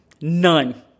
None